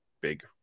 big